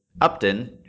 Upton